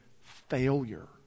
failure